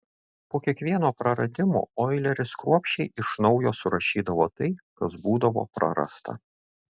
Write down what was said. po kiekvieno praradimo oileris kruopščiai iš naujo surašydavo tai kas būdavo prarasta